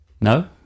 No